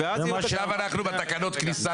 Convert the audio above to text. עכשיו אנחנו בתקנות כניסה לישראל.